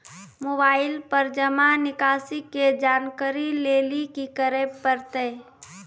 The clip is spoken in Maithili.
मोबाइल पर जमा निकासी के जानकरी लेली की करे परतै?